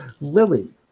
Lily